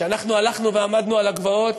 כשאנחנו הלכנו ועמדנו על הגבעות,